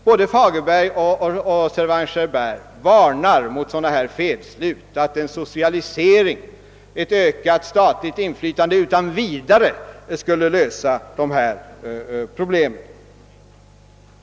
Både Fagerberg och Servan-Schreiber varnar mot sådana felslut, att socialisering eller ett ökat statligt inflytande utan vidare skulle lösa problemen.